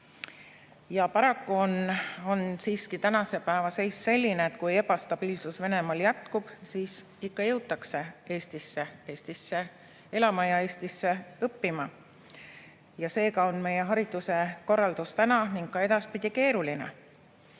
Ja paraku on siiski tänase päeva seis selline, et kui ebastabiilsus Venemaal jätkub, siis ikka jõutakse Eestisse elama ja Eestisse õppima. Seega on meie hariduse korraldus täna ja ka edaspidi keeruline.